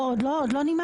לא, עוד לא נימקתי.